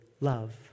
love